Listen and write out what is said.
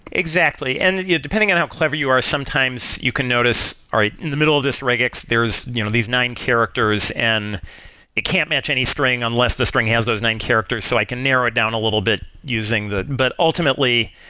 exactly. and yeah depending on how clever you are, sometimes you can notice, all right, in the middle of this regx, there're you know these nine characters and it can't match any string unless the string has those nine characters. so i can narrow it down a little bit using the but ultimately,